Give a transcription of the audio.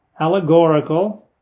allegorical